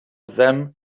them